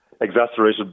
exacerbated